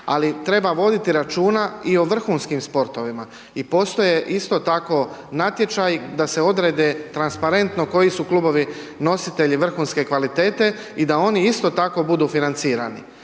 ali treba voditi računa i o vrhunskim sportovima i postoje isto tako natječaji da se odredbe transparentno koji su klubovi nositelji vrhunske kvalitete i da oni isto tako budu financirani.